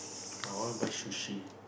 I wanna buy sushi